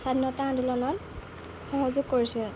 স্বাধীনতা আন্দোলনত সহযোগ কৰিছিল